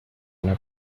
una